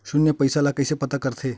शून्य पईसा ला कइसे पता करथे?